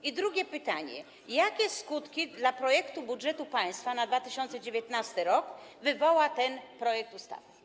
I drugie pytanie: Jakie skutki dla projektu budżetu państwa na 2019 r. wywoła ten projekt ustawy?